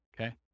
Okay